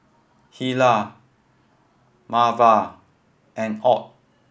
Hilah Marva and Ott